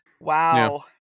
Wow